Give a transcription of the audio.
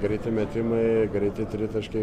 greiti metimai greiti tritaškiai